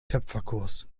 töpferkurs